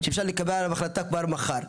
שאפשר לקבל עליו החלטה כבר מחר.